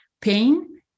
pain